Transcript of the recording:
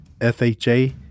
FHA